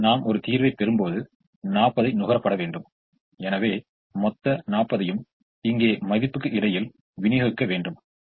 எனவே நாம் இந்த 5 இலிருந்து அல்லது இந்த 35 இலிருந்து 1 ஐ கழிக்க வேண்டும் எனவே இந்த நேரத்தில் நாம் இந்த 35 இலிருந்து கழிப்போம் எனவே இதை நமக்கு 1 ஐ பெறுகிறோம் ஆக இது 40 ஆகிவிட்டது